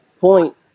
point